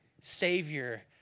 savior